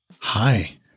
Hi